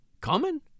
Coming